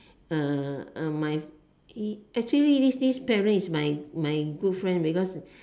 uh uh my actually this this parent is my my good friend because